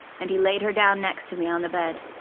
and he laid her down next to me on the bed.